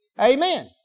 Amen